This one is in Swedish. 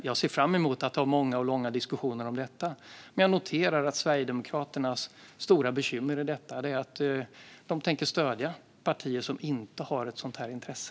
Jag ser fram emot att ha många och långa diskussioner om detta. Men jag noterar att Sverigedemokraternas stora bekymmer i detta är att de tänker stödja partier som inte har ett sådant intresse.